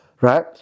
Right